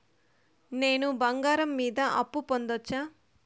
నేను బంగారం మీద అప్పు పొందొచ్చా?